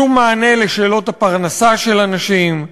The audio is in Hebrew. שום מענה לשאלות הפרנסה של אנשים,